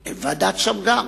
ועדת-שמגר.